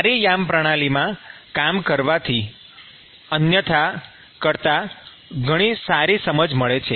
સારી યામ પ્રણાલીમાં કામ કરવાથી અન્યથા કરતાં ઘણી સારી સમજ મળે છે